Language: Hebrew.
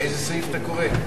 מאיזה סעיף אתה קורא?